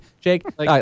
Jake